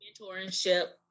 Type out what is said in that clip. mentorship